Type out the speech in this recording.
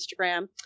Instagram